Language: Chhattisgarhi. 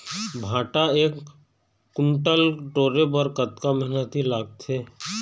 भांटा एक कुन्टल टोरे बर कतका मेहनती लागथे?